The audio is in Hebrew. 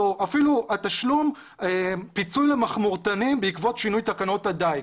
או אפילו התשלום פיצוי למכמורתנים בעקבות שינוי תקנות הדיג,